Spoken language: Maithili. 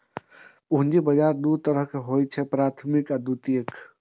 पूंजी बाजार दू तरहक होइ छैक, प्राथमिक आ द्वितीयक